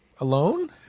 Alone